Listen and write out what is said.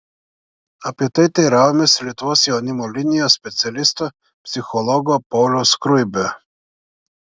apie tai teiravomės lietuvos jaunimo linijos specialisto psichologo pauliaus skruibio